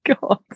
God